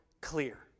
clear